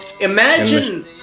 Imagine